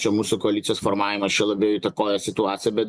čia mūsų koalicijos formavimas čia labiau įtakoja situaciją bet